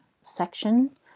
section